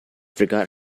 forgot